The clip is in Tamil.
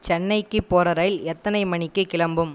சென்னைக்கு போகிற ரயில் எத்தனை மணிக்கு கிளம்பும்